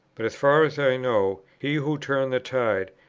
but, as far as i know, he who turned the tide,